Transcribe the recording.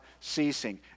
ceasing